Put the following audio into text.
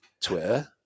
Twitter